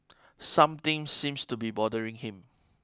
something seems to be bothering him